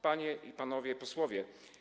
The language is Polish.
Panie i Panowie Posłowie!